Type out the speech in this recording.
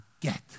get